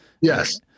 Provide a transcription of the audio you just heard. Yes